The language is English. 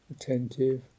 attentive